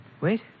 Wait